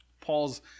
Paul's